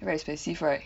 very expensive right